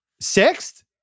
Sixth